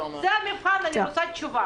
אני חושב שאני מנהל את זה בהגינות.